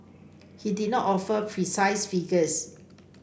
he did not offer precise figures